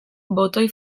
botoi